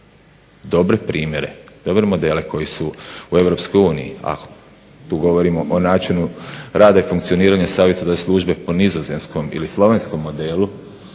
dobre primjere, dobre modele koji su u EU, a tu govorimo o načinu rada i funkcioniranja savjetodavne službe po nizozemskom ili slovenskom modelu